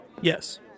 Yes